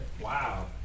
Wow